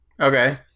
okay